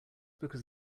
because